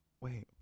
Wait